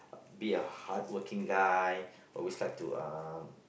be a hardworking guy always like to um